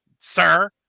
Sir